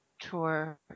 tour